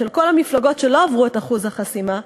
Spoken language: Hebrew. של כל המפלגות שלא עברו את אחוז החסימה,